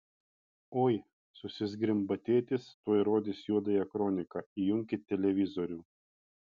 oi susizgrimba tėtis tuoj rodys juodąją kroniką įjunkit televizorių